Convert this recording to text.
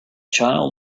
child